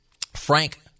Frank